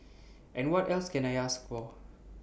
and what else can I ask for